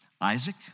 Isaac